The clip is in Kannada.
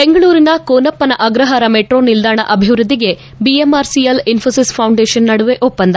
ಬೆಂಗಳೂರಿನ ಕೊನಪ್ಪನ ಅಗ್ರಹಾರ ಮೆಟ್ರೊ ನಿಲ್ದಾಣ ಅಭಿವ್ಯದ್ದಿಗೆ ಬಿಎಂಆರ್ಸಿಎಲ್ ಇನ್ದೋಸಿಸ್ ಫೌಂಡೇಶನ್ ನಡುವೆ ಒಪ್ಪಂದ